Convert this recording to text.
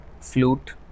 flute